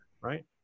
right